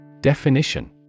Definition